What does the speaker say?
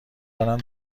دارم